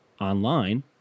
online